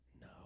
no